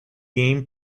game